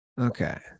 okay